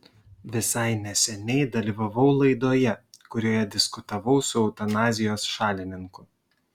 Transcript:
visai neseniai dalyvavau laidoje kurioje diskutavau su eutanazijos šalininku